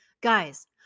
Guys